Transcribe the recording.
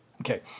Okay